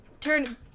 turn